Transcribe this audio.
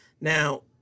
Now